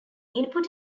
input